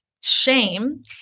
shame